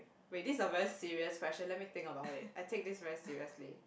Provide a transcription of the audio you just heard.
wait this is a very serious question let me think about it I take this very seriously